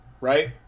right